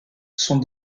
sont